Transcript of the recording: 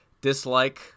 dislike